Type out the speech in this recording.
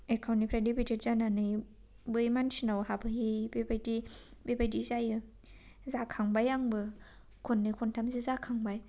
एकाउन्टनिफ्राय डेबिटेड जानानै बै मानसिनाव हाबहैयै बेबायदि बेबायदि जायो जाखांबाय आंबो खननै खन्थामसो जाखांबाय